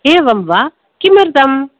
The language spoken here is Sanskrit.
एवं वा किमर्थं